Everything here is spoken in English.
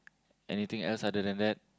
anything else other than that